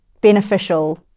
beneficial